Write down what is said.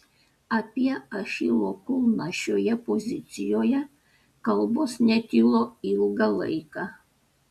apie achilo kulną šioje pozicijoje kalbos netilo ilgą laiką